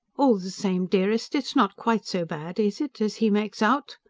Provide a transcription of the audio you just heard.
all the same, dearest, it's not quite so bad is it as he makes out.